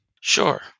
Sure